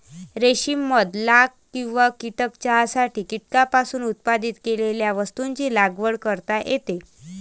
रेशीम मध लाख किंवा कीटक चहासाठी कीटकांपासून उत्पादित केलेल्या वस्तूंची लागवड करता येते